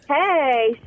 Hey